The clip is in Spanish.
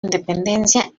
independencia